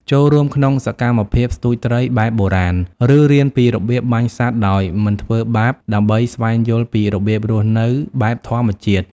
ចូលរួមក្នុងសកម្មភាពស្ទូចត្រី បែបបុរាណ ឬរៀនពីរបៀបបបាញ់សត្វដោយមិនធ្វើបាប ដើម្បីស្វែងយល់ពីរបៀបរស់នៅបែបធម្មជាតិ។